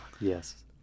yes